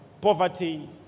poverty